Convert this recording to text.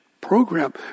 program